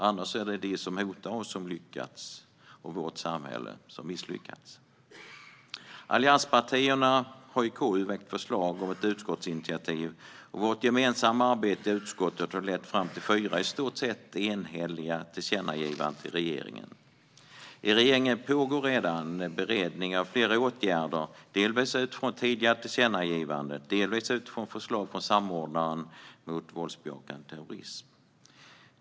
Annars har de som hotar oss lyckats och vårt samhälle misslyckats. Allianspartierna har i KU väckt förslag om ett utskottsinitiativ, och vårt gemensamma arbete i utskottet har lett fram till fyra i stort sett enhälliga tillkännagivanden till regeringen. I regeringen pågår redan beredning av flera åtgärder, delvis utifrån tidigare tillkännagivanden, delvis utifrån förslag från samordnaren mot våldsbejakande terrorism.